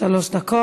בבקשה, שלוש דקות.